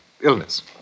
illness